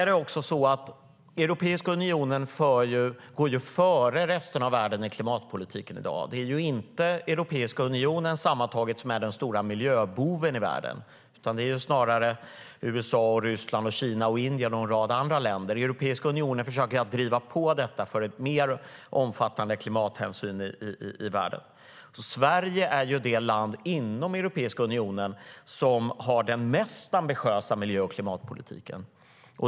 Europeiska unionen går före resten av världen i klimatpolitiken i dag. Sammantaget är det inte Europeiska unionen som är den stora miljöboven i världen, utan det är snarare USA, Ryssland, Kina, Indien och en rad andra länder. Europeiska unionen försöker att driva på för en mer omfattande klimathänsyn i världen. Sverige är det land inom Europeiska unionen som har den mest ambitiösa miljö och klimatpolitiken.